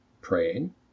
praying